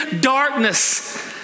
darkness